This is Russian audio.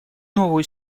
новую